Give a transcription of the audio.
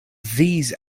these